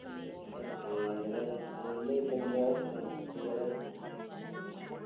ꯑꯁ ꯅꯨꯡꯉꯥꯏꯖꯔꯦ ꯑꯦꯂꯥꯡꯕꯝ ꯁꯨꯝꯃꯣ ꯌꯥꯝ ꯅꯨꯡꯉꯥꯏꯖꯔꯦ